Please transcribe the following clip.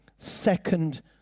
Second